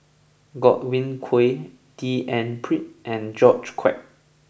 Godwin Koay D N Pritt and George Quek